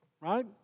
Right